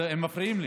הם מפריעים לי.